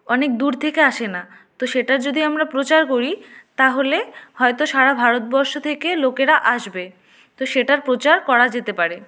অনেক দূর থেকে আসে না তো সেটার যদি আমরা প্রচার করি তাহলে হয়তো সারা ভারতবর্ষ থেকে লোকেরা আসবে তো সেটার প্রচার করা যেতে পারে